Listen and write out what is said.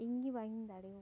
ᱤᱧ ᱜᱮ ᱵᱟᱝ ᱤᱧ ᱫᱟᱲᱮᱣᱟᱠᱟᱫᱟ